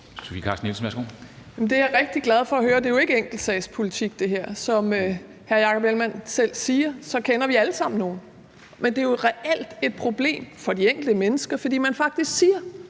Det er jeg rigtig glad for at høre. Det her er jo ikke enkeltsagspolitik. Som hr. Jakob Ellemann-Jensen selv siger, kender vi alle sammen nogen. Men det er jo reelt et problem for de enkelte mennesker, fordi man faktisk siger,